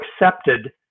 accepted